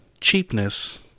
Cheapness